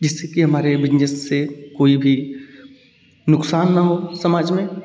जिससे कि हमारे बिनजेस से कोई भी नुक़सान ना हो समाज में